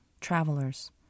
Travelers